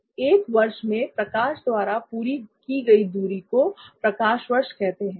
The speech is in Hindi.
1 वर्ष में प्रकाश द्वारा पूरी की गई दूरी को प्रकाश वर्ष कहते हैं